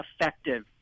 effective